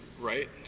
right